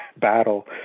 battle